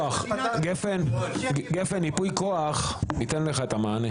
גפן, ייפוי כוח ייתן לך את המענה.